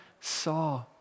saw